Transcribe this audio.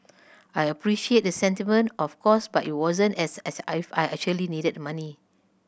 I appreciate the sentiment of course but it wasn't as if I I actually needed money